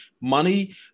money